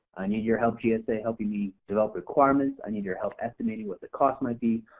i need your help gsa helping me develop requirements, i need your help estimating what the cost might be,